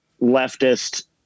leftist